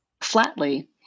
flatly